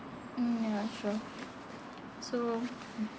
mm ya sure so